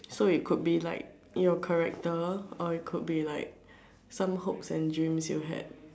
so it could be like your character or it could be like some hopes and dreams you had